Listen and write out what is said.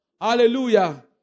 Hallelujah